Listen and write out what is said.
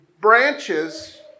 branches